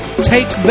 take